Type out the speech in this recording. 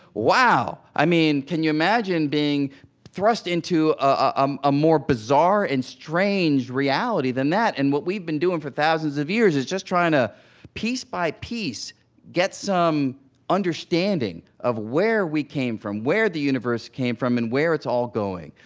wow. i mean, can you imagine being thrust into a um a more bizarre and strange reality than that? and what we've been doing for thousands of years is just trying to piece by piece get some understanding of where we came from, where the universe came from, and where it's all going.